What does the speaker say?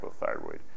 hypothyroid